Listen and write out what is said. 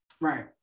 Right